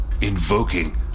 invoking